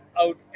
out